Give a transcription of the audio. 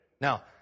Now